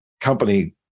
company